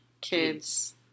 kids